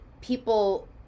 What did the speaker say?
people